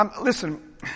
Listen